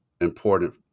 important